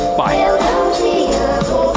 bye